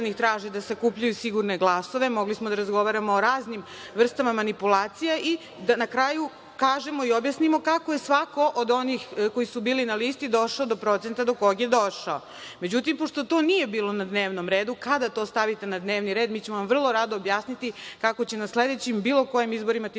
da sakupljaju sigurne glasove. Mogli smo da razgovaramo o raznim vrstama manipulacija i da na kraju kažemo i objasnimo kako je svako od onih koji su bili na listi došao do procenta do kog je došao.Međutim, pošto to nije bilo na dnevnom redu, kada to stavite na dnevni red mi ćemo vam vrlo rado objasniti kako će na sledećim bilo kojim izborima ti procenti